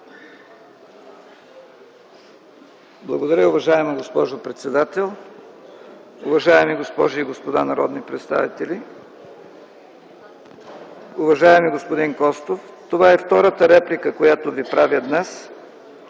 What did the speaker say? Благодаря, уважаема госпожо председател. Уважаеми госпожи и господа народни представители! Уважаеми господин Костов, това е втората реплика, която Ви правя днес.